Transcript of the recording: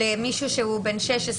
למישהו שהוא בן 16,